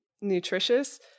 nutritious